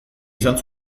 izan